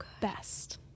Best